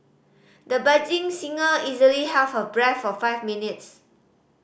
the budding singer easily held her breath for five minutes